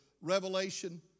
revelation